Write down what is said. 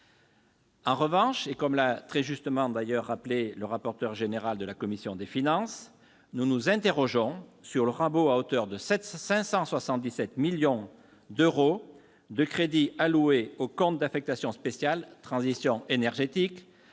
En revanche, comme l'a très justement relevé le rapporteur général de la commission des finances, nous nous interrogeons sur le rabot à hauteur de 577 millions d'euros des crédits alloués au compte d'affectation spéciale « Transition énergétique